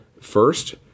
First